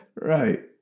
Right